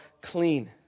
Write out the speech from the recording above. clean